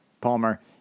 Palmer